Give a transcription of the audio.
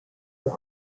laws